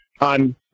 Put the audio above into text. on